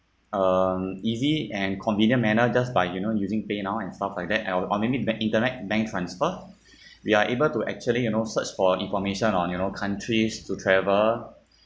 um easy and convenient manner just by you know using PayNow and stuff like and or or maybe ban~ internet bank transfer we are able to actually you know search for information on euro countries to travel